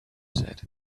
said